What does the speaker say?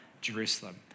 Jerusalem